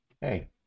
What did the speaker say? Hey